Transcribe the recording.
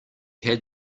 had